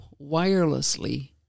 wirelessly